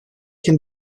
can